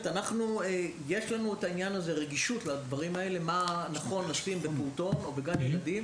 יש לנו רגישות לדברים האלה מה נכון לשים בפעוטון או בגן ילדים?